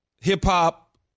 Hip-hop